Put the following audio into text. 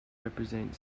represent